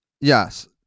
Yes